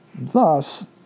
Thus